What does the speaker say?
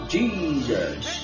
Jesus